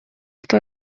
что